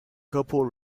couple